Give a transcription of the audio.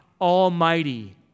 almighty